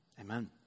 Amen